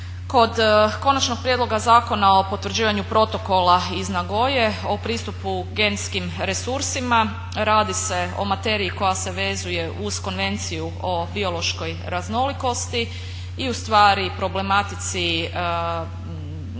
Kod Konačnog prijedloga zakona o potvrđivanju Protokola iz Nagoye o pristupu genskim resursima radi se o materiji koja se vezuje uz Konvenciju o biološkoj raznolikosti i u stvari problematici